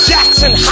Jackson